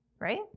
Right